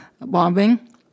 bombing